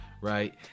right